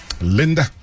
Linda